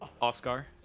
Oscar